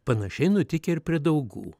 panašiai nutikę ir prie daugų